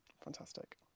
Fantastic